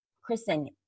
Kristen